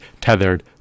tethered